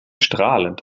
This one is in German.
strahlend